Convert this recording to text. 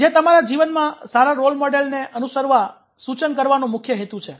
જે તમારા જીવનમાં સારા રોલ મોડેલને અનુસરવા સૂચન કરવાનો મુખ્ય હેતુ છે